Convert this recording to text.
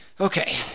Okay